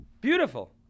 Beautiful